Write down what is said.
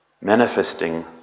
manifesting